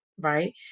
right